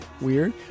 Weird